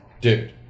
dude